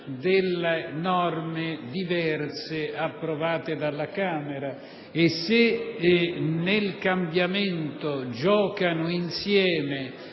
delle norme diverse approvate dalla Camera e se nel cambiamento giocano insieme